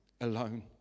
alone